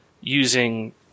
using